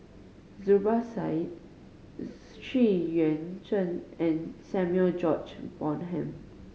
Zubir Said Xu Yuan Zhen and Samuel George Bonham